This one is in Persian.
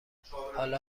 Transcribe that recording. حالا